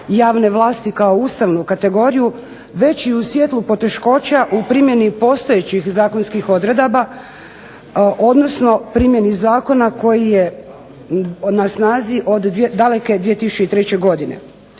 javne vlasti kao ustavnu kategoriju, već i u svijetlu poteškoća u primjeni postojećih zakonskih odredaba, odnosno primjeni zakona koji je na snazi od daleke 2003. godine.